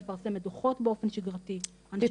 היא מפרסמת דוחות באופן שגרתי --- ביקורות פתע?